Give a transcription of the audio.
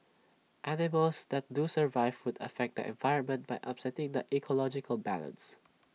animals that do survive would affect the environment by upsetting the ecological balance